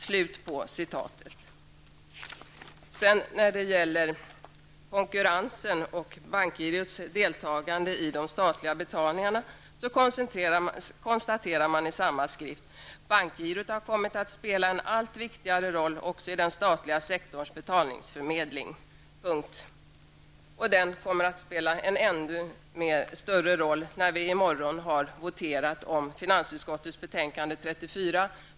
När det gäller frågan om konkurrensen och bankgirots deltagande i de statliga betalningarna konstaterar man i samma skrift: ''Bankgirot har kommit att spela en allt viktigare roll också i den statliga sektorns betalningsförmedling.'' Den kommer att spela en ännu större roll när vi i morgon har voterat om finansutskottets betänkande nr 34.